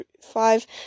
five